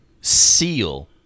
seal